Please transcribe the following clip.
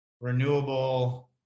renewable